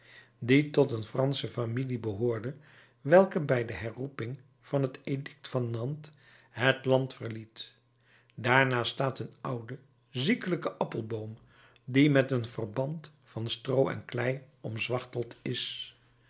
die tot een fransche familie behoorde welke bij de herroeping van het edict van nantes het land verliet daarnaast staat een oude ziekelijke appelboom die met een verband van stroo en klei omzwachteld is